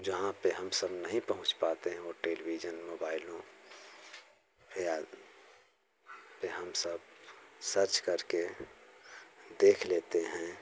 जहाँ पर हम सब नहीं पहुँच पाते हैं वे टेलिभिजन मोबाईलों पर आ पर हम सब सर्च करके देख लेते हैं